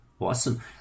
awesome